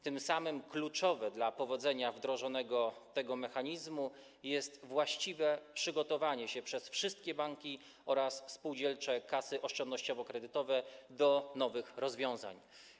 Tym samym kluczowe dla powodzenia wdrożenia tego mechanizmu jest właściwe przygotowanie się przez wszystkie banki oraz spółdzielcze kasy oszczędnościowo-kredytowe do nowych rozwiązań.